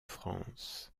france